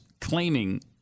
claiming